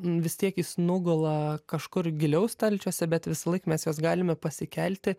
vis tiek jis nugula kažkur giliau stalčiuose bet visąlaik mes juos galime pasikelti